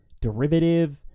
derivative